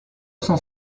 cent